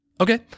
Okay